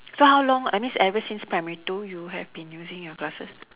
so how long I mean ever since primary two you have been using your glasses